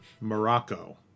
Morocco